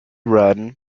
run